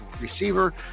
receiver